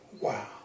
Wow